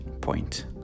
point